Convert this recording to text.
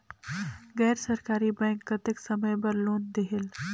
गैर सरकारी बैंक कतेक समय बर लोन देहेल?